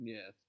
Yes